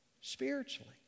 Spiritually